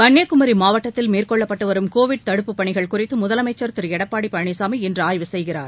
கன்னியாகுமரி மாவட்டத்தில் மேற்கொள்ளப்பட்டுவரும் கோவிட் தடுப்புப் பணிகள் குறித்து முதலமைச்சர் திரு எடப்பாடி பழனிசாமி இன்று ஆய்வு செய்கிறார்